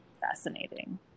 fascinating